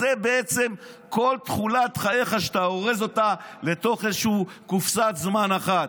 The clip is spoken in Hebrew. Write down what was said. זו בעצם כל תכולת חייך שאתה אורז אותה לתוך איזושהי קופסת זמן אחת.